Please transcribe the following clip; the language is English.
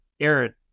Aaron